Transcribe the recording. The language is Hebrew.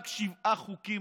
רק שבעה חוקים,